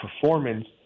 performance